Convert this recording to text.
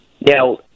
Now